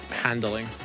handling